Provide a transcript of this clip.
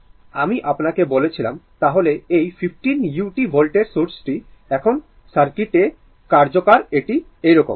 আমি আপনাকে বলেছিলাম তাহলে এই 15 u ভোল্টের সোর্সটি এখন সার্কিটে কার্যকর এটি এইরকম